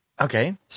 Okay